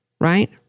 right